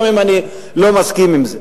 גם אם אני לא מסכים עם זה.